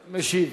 משיב.